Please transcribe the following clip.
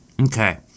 okay